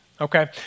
Okay